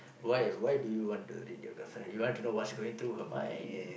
why why do you want to read your girlfriend you want to know what's going through her mind and